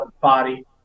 body